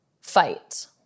fight